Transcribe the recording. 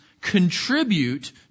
contribute